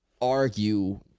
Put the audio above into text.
argue